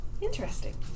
Interesting